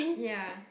ya